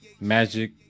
magic